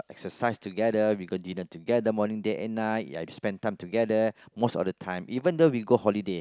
exercise together we go dinner together morning day and night ya we spend time together most of the time even though we go holiday